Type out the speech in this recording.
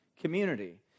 community